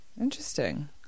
Interesting